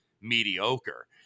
mediocre